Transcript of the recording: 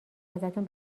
ازتون